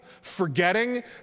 forgetting